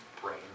brain